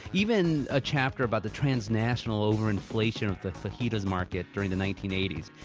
even a chapter about the transnational over-inflation of the fajitas market during the nineteen eighty s.